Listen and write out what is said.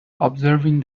observing